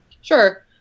sure